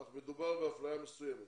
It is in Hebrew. אך מדובר באפליה מסוימת,